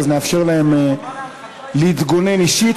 נאפשר להן להתגונן אישית.